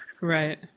Right